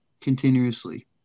continuously